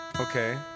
okay